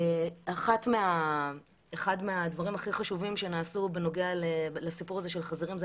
אחד הדברים הכי חשובים שנעשו בנוגע לחזירים זאת